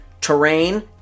terrain